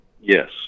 Yes